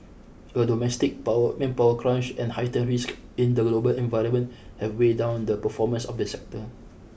a domestic power manpower crunch and heightened risks in the global environment have weighed down the performance of the sector